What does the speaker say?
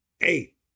eight